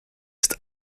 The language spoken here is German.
ist